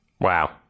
Wow